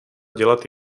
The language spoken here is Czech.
dělat